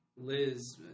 Liz